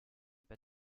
pas